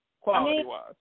Quality-wise